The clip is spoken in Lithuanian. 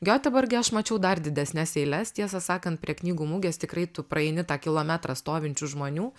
gioteburge aš mačiau dar didesnes eiles tiesą sakant prie knygų mugės tikrai tu praeini tą kilometrą stovinčių žmonių